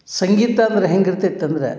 ಸಂಗೀತ ಅಂದ್ರೆ ಹೇಗಿರ್ತೈತಂದರೆ